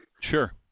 Sure